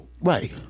right